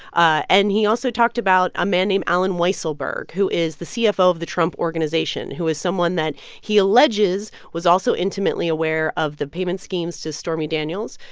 and he also talked about a man named allen weisselberg, who is the cfo of the trump organization, who is someone that he alleges was also intimately aware of the payment schemes to stormy daniels.